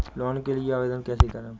Loan के लिए आवेदन कैसे करें?